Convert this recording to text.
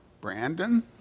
Brandon